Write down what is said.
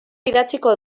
idatziko